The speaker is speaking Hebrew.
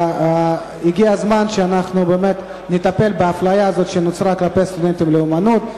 הגיע הזמן שנטפל באפליה הזו שנוצרה כלפי סטודנטים לאמנות,